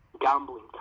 gambling